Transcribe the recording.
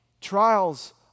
Trials